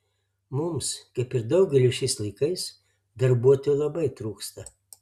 mums kaip ir daugeliui šiais laikais darbuotojų labai trūksta